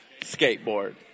Skateboard